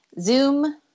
Zoom